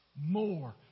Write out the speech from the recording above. more